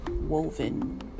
woven